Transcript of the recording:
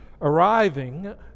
arriving